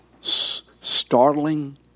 startling